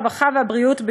הרווחה והבריאות,